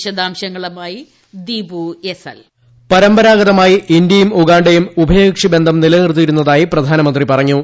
വിശദാംശങ്ങളുമായി Deepu S L voice പരമ്പരാഗതമായി ഇന്ത്യയും ഉഗാ യും ഉഭയകക്ഷി ബന്ധം നിലനിർത്തിയിരുന്നതായി പ്രധാനമന്ത്രി പറഞ്ഞു